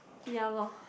ya lor